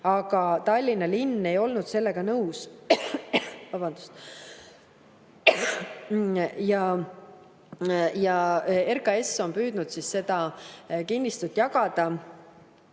Aga Tallinna linn ei olnud sellega nõus. RKAS on püüdnud seda kinnistut jagada,